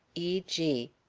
e. g.